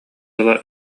ыла